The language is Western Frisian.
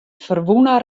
ferwûne